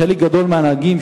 חלק גדול מהנהגים,